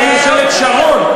אולי ממשלת שרון.